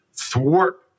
thwart